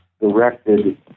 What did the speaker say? directed